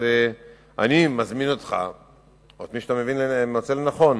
אז אני מזמין אותך או את מי שאתה מוצא לנכון